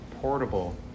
portable